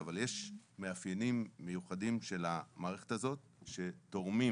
אבל יש מאפיינים מיוחדים של המערכת הזו שתורמים